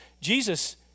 Jesus